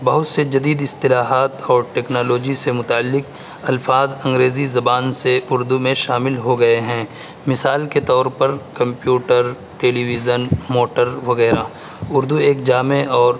بہت سے جدید اصطلاحات اور ٹیکنالوجی سے متعلق الفاظ انگریزی زبان سے اردو میں شامل ہو گئے ہیں مثال کے طور پر کمپیوٹر ٹیلی ویژن موٹر وغیرہ اردو ایک جامع اور